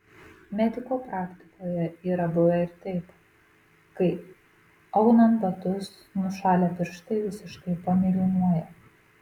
mediko praktikoje yra buvę ir taip kai aunant batus nušalę pirštai visiškai pamėlynuoja